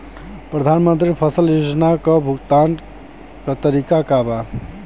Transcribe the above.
प्रधानमंत्री फसल बीमा योजना क भुगतान क तरीकाका ह?